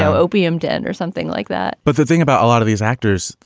opium den or something like that but the thing about a lot of these actors,